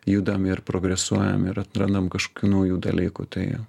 judam ir progresuojam ir atrandam kažkokių naujų dalykų tai